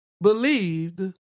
believed